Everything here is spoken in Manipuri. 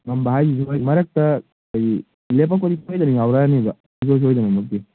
ꯉꯝꯕ ꯍꯥꯏꯖꯦ ꯍꯣꯏ ꯃꯔꯛꯇ ꯑꯩꯈꯣꯏꯒꯤ ꯂꯦꯄꯛꯄꯗꯤ ꯁꯣꯏꯗꯅ ꯌꯥꯎꯔꯛꯑꯅꯦꯕ ꯁꯨꯡꯁꯣꯏ ꯁꯣꯏꯗꯅꯃꯛꯀꯤ